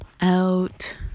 out